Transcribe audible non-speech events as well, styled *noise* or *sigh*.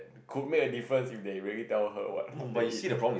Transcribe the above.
could make a difference if they really tell her what what they eat *noise*